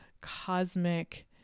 cosmic